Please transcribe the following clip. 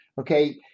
Okay